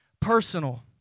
personal